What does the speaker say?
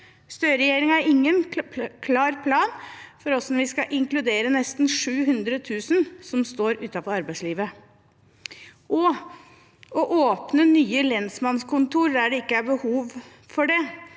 Støre-regjeringen har ingen klar plan for hvordan vi skal inkludere nesten 700 000 som står utenfor arbeidslivet. – å åpne nye lensmannskontorer der det ikke er behov for det,